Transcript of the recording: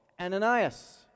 Ananias